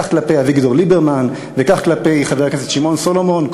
כך כלפי אביגדור ליברמן וכך כלפי חבר הכנסת שמעון סולומון.